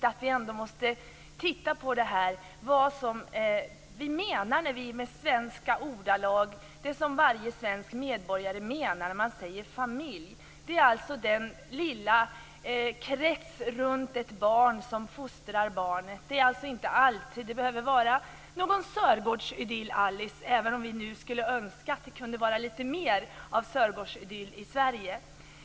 Jag tror att det är viktigt att vi tittar på vad varje svensk medborgare menar när han i svenska ordlag säger "familj". Det är alltså den lilla krets runt ett barn som fostrar barnet. Det behöver inte alltid vara någon sörgårdsidyll, Alice, även om vi skulle önska att det kunde vara lite mer av sörgårdsidyll i Sverige.